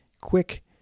quick